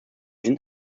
sind